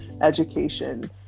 education